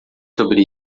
sobre